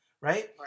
Right